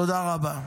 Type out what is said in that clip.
תודה רבה.